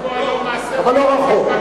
אבל לא רחוק.